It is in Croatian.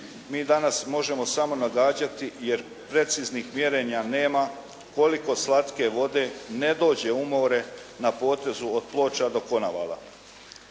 mi danas možemo samo nagađati jer preciznih mjerenja nema koliko slatke vode ne dođe u more na potezu od Ploča do Konavala.